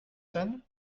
denn